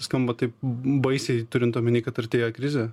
skamba taip baisiai turint omeny kad artėja krizė